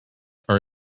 are